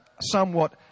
somewhat